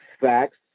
facts